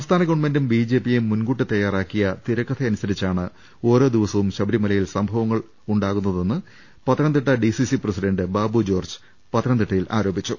സംസ്ഥാന ഗവൺമെന്റും ബിജെപിയും മുൻകൂട്ടി തയാറാക്കിയ തിരക്കഥയനുസരിച്ചാണ് ഓരോ ദിവസവും ശബരിമലയിൽ സംഭവ ങ്ങൾ അരങ്ങേറുന്നതെന്ന് Pathanamthitta DCC president Babu George പത്തനംതിട്ടയിൽ ആരോപിച്ചു